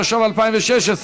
התשע"ו 2016,